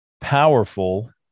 powerful